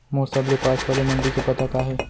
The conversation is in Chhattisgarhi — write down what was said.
मोर सबले पास वाले मण्डी के पता का हे?